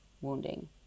wounding